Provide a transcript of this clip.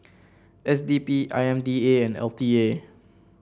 S D P I M D A and L T A